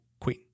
queen